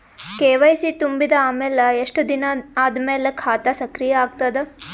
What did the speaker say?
KYC ತುಂಬಿದ ಅಮೆಲ ಎಷ್ಟ ದಿನ ಆದ ಮೇಲ ಖಾತಾ ಸಕ್ರಿಯ ಅಗತದ?